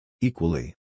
Equally